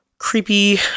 creepy